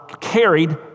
carried